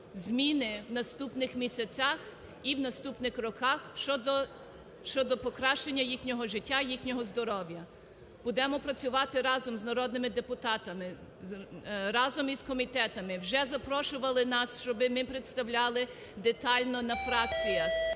зміни в наступних місяцях і в наступних роках щодо покращання їхнього життя, їхнього здоров'я. Будемо працювати разом з народними депутатами, разом із комітетами. Вже запрошували нас, щоби ми представляли детально на фракціях,